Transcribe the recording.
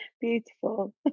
Beautiful